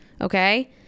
Okay